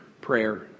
prayer